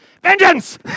vengeance